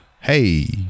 hey